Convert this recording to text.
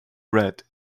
read